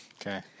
Okay